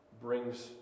brings